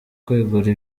kwegura